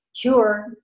cure